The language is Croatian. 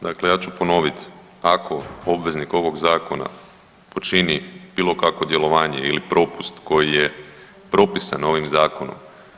Dakle ja ću ponovit: Ako obveznik ovog Zakona počini bilo kakvo djelovanje ili propust koji je propisan ovim Zakonom.